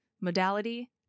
modality